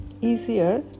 easier